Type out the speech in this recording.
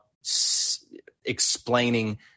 explaining